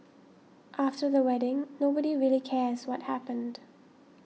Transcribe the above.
after the wedding nobody really cares what happened